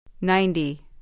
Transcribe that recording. Ninety